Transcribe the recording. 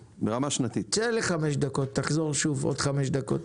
צא לכמה דקות, תחזור שוב עוד חמש דקות.